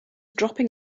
dropping